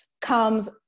comes